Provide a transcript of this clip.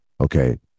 Okay